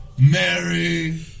Mary